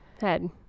head